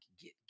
get